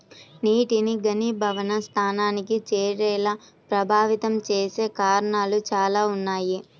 నీటిని ఘనీభవన స్థానానికి చేరేలా ప్రభావితం చేసే కారణాలు చాలా ఉన్నాయి